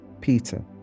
Peter